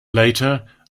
later